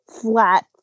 flat